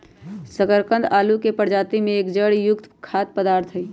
शकरकंद आलू के प्रजाति के एक जड़ युक्त खाद्य पदार्थ हई